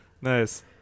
Nice